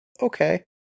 Okay